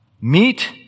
Meet